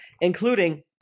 including